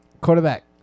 quarterback